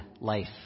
life